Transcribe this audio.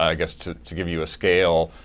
i guess, to to give you a scale,